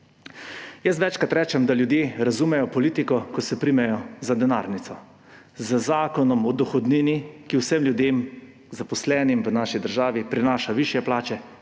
Večkrat rečem, da ljudje razumejo politiko, ko se primejo za denarnico. Z zakonom o dohodnini, ki vsem ljudem, zaposlenim v naši državi, prinaša višje plače,